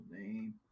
name